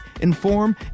inform